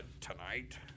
tonight